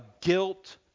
guilt